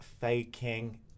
faking